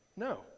No